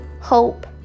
hope